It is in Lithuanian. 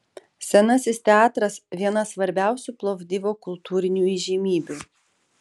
senasis teatras viena svarbiausių plovdivo kultūrinių įžymybių